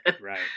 right